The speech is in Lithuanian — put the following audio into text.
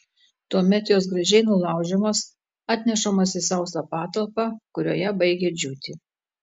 tuomet jos gražiai nulaužiamos atnešamos į sausą patalpą kurioje baigia džiūti